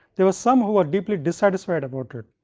there was some who are deeply dissatisfied about it.